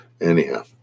Anyhow